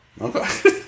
okay